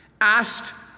asked